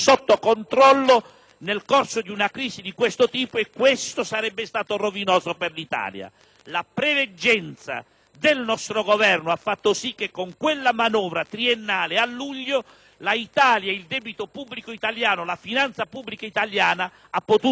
nel corso di una crisi di questo tipo, e questo sarebbe stato rovinoso per l'Italia. La preveggenza del nostro Governo ha fatto sì che con la manovra triennale di luglio l'Italia, il debito pubblico italiano, la finanza pubblica italiana hanno potuto reggere